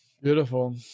Beautiful